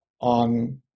on